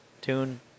tune